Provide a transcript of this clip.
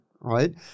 right